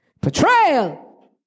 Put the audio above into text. Betrayal